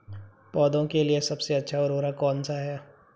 पौधों के लिए सबसे अच्छा उर्वरक कौनसा हैं?